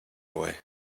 away